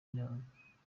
inanga